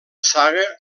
saga